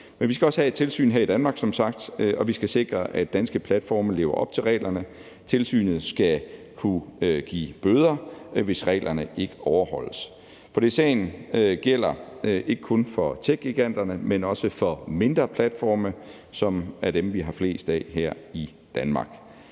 som sagt også have et tilsyn her i Danmark, og vi skal sikre, at danske platforme lever op til reglerne. Tilsynet skal kunne give bøder, hvis reglerne ikke overholdes. For DSA'en gælder ikke kun for techgiganterne, men også for mindre platforme, som er dem, vi har flest af her i Danmark.